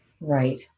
Right